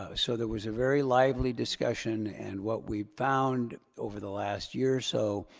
so so there was a very lively discussion. and what we found over the last year or so,